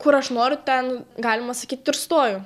kur aš noriu ten galima sakyt ir stoju